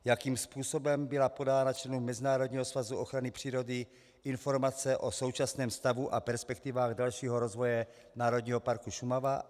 Jakým způsobem byla podána členům Mezinárodního svazu ochrany přírody informace o současném stavu a perspektivách dalšího rozvoje Národního parku Šumava?